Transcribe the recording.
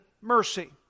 mercy